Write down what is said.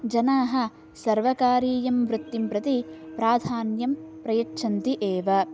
जनाः सर्वकारीयवृतिं प्रति प्राधान्यं प्रयच्छन्ति एव